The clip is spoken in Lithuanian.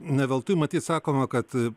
ne veltui matyt sakoma kad